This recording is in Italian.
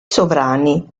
sovrani